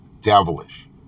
devilish